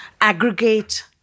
aggregate